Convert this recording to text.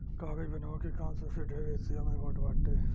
कागज बनावे के काम सबसे ढेर एशिया में होत बाटे